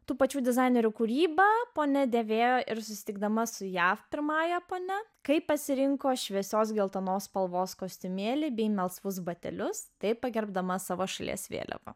tų pačių dizainerių kūrybą po nedėvėjo ir susitikdama su jav pirmąja ponia kai pasirinko šviesios geltonos spalvos kostiumėlį bei melsvus batelius taip pagerbdama savo šalies vėliavą